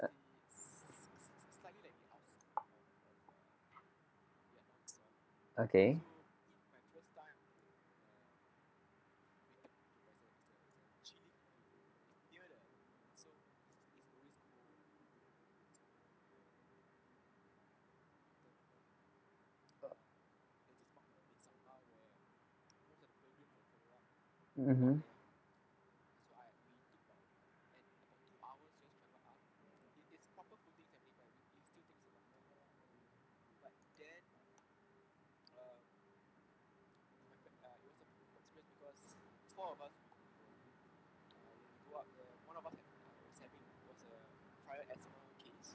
okay mmhmm